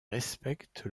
respecte